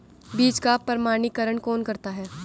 बीज का प्रमाणीकरण कौन करता है?